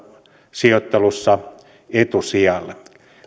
sijoittelussa etusijalle